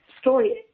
story